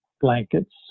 blankets